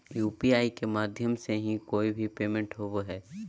UPI के माध्यम से ही कोय भी पेमेंट होबय हय